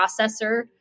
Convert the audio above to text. processor